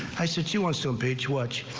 i sichuan's so beach watch.